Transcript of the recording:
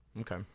okay